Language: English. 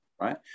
right